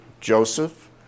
Joseph